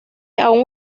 aun